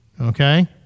Okay